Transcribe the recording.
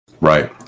Right